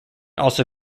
also